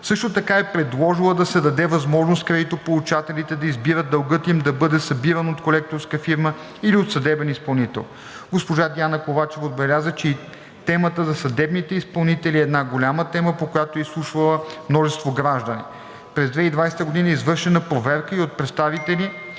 Също така е предложила да се даде възможност кредитополучателите да избират дългът им да бъде събиран от колекторска фирма или от съдебен изпълнител. Госпожа Диана Ковачева отбеляза, че и темата за съдебните изпълнители е една голяма тема, по която е изслушвала множество граждани. През 2020 г. е извършена проверка и от представители